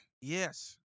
Yes